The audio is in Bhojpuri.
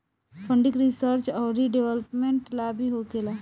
फंडिंग रिसर्च औरी डेवलपमेंट ला भी होखेला